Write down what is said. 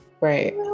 right